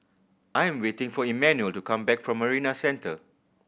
I am waiting for Emmanuel to come back from Marina Centre